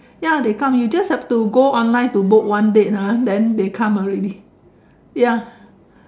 ya they come you just have to go online to book one date ah then they come already ya